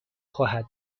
خواهد